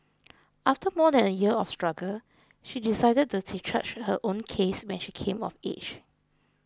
after more than a year of struggle she decided to discharge her own case when she came of age